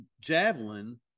javelin